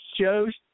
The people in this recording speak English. shows